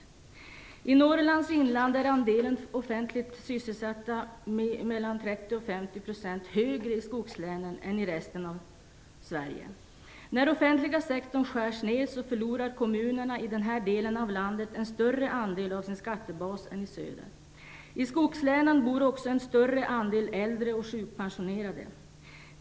I skogslänen i Norrlands inland är andelen offentligt sysselsatta mellan 30 % och 50 % högre än i resten av Sverige. När den offentliga sektorn skärs ner förlorar kommunerna i den här delen av landet en större andel av sin skattebas i jämförelse med kommunerna i söder. I skogslänen bor också en större andel äldre och sjukpensionerade.